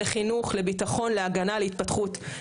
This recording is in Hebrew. לחינוך לביטחון להגנה על התפתחות,